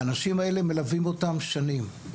האנשים האלה מלווים אותם שנים.